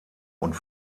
und